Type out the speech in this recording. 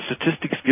statistics